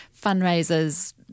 fundraisers